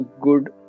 good